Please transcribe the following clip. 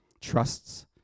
trusts